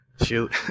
shoot